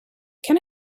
can